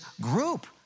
group